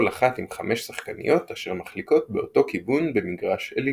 כל אחת עם חמש שחקניות אשר מחליקות באותו כיוון במגרש אליפטי.